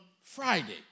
Friday